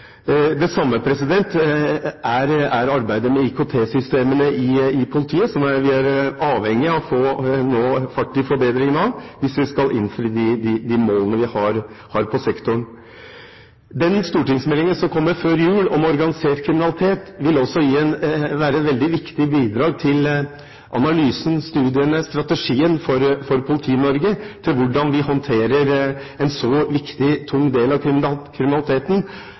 Det samme er arbeidet med IKT-systemene i politiet, som vi er avhengige av å få fart i forbedringen av hvis vi skal innfri de målene vi har i sektoren. Den stortingsmeldingen som kommer før jul om organisert kriminalitet, vil også være et veldig viktig bidrag til analysen, studiene, strategien for Politi-Norge, for hvordan vi håndterer en så viktig og tung del av